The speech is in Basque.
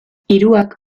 hiruak